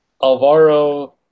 Alvaro